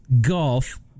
golf